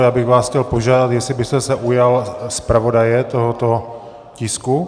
Já bych vás chtěl požádat, jestli byste se ujal zpravodaje tohoto tisku.